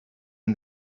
and